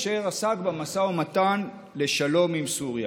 אשר עסק במשא ומתן לשלום עם סוריה.